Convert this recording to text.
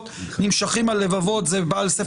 הוא מקבל את זה.